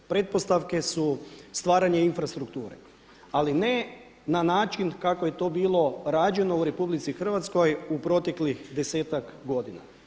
Pretpostavke su stvaranje infrastrukture, ali ne na način kako je to bilo rađeno u RH u proteklih desetak godina.